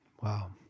Wow